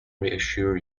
reassure